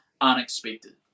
unexpected